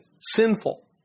sinful